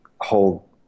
whole